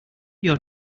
your